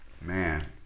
Man